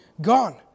gone